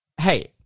Hey